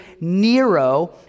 Nero